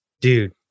Dude